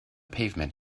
pavement